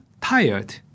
tired